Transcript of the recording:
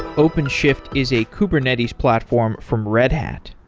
openshift is a kubernetes platform from red hat.